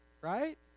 right